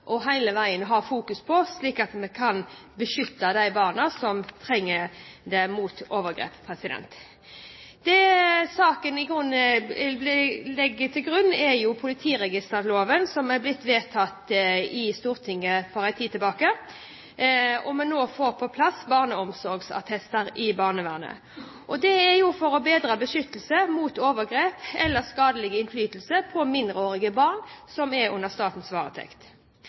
og hele veien må fokuseres på, slik at vi kan beskytte de barna som trenger det, mot overgrep. Det vi legger til grunn i saken, er politiregisterloven, som ble vedtatt i Stortinget for en tid siden, når vi nå får på plass barneomsorgsattester i barnevernet for å få bedre beskyttelse mot overgrep eller skadelig innflytelse på mindreårige barn som er i statens varetekt.